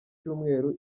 cyumweru